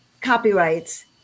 copyrights